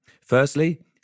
Firstly